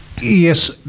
Yes